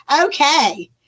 Okay